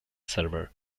server